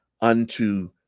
unto